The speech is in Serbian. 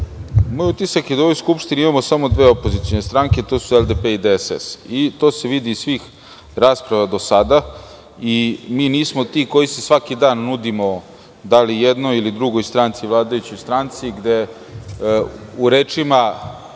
Moj utisak je da u ovoj Skupštini imamo samo dve opozicione stranke, a to su LDP i DSS. To se vidi iz svih rasprava do sada. Mi nismo ti koji se svaki dan nudimo da li jednoj, da li drugoj vladajućoj stranci, gde u rečima